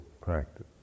practice